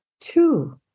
two